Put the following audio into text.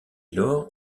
lors